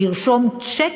תרשום צ'ק,